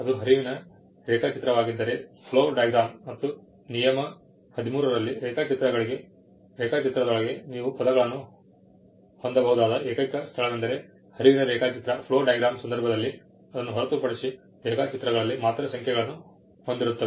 ಅದು ಹರಿವಿನ ರೇಖಾಚಿತ್ರವಾಗಿದ್ದರೆ ಮತ್ತು ನಿಯಮ 13 ರಲ್ಲಿ ರೇಖಾಚಿತ್ರದೊಳಗೆ ನೀವು ಪದಗಳನ್ನು ಹೊಂದಬಹುದಾದ ಏಕೈಕ ಸ್ಥಳವೆಂದರೆ ಹರಿವಿನ ರೇಖಾಚಿತ್ರದ ಸಂದರ್ಭದಲ್ಲಿ ಅದನ್ನು ಹೊರತುಪಡಿಸಿ ರೇಖಾಚಿತ್ರಗಳಲ್ಲಿ ಮಾತ್ರ ಸಂಖ್ಯೆಗಳನ್ನು ಹೊಂದಿರುತ್ತವೆ